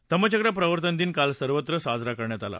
धम्मचक्र प्रवर्तन दिन काल सर्वत्र साजरा करण्यात आला